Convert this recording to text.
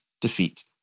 defeat